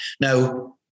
Now